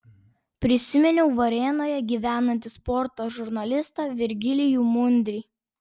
prisiminiau varėnoje gyvenantį sporto žurnalistą virgilijų mundrį